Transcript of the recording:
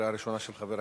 לוועדת